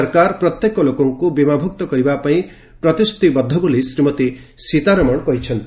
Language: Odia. ସରକାର ପ୍ରତ୍ୟେକ ଲୋକଙ୍କୁ ବୀମାଭୁକ୍ତ କରିବା ପାଇଁ ପ୍ରତିଶ୍ରତିବଦ୍ଧ ବୋଲି ଶ୍ରୀମତୀ ସୀତାରମଣ କହିଚ୍ଛନ୍ତି